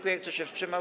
Kto się wstrzymał?